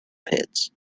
pits